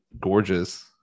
gorgeous